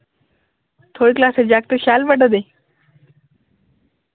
थोआड़े क्लासे जाकत शैल पढ़ा दे